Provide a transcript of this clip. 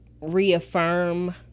reaffirm